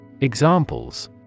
Examples